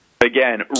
again